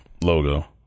logo